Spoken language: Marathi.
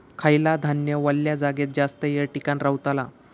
खयला धान्य वल्या जागेत जास्त येळ टिकान रवतला?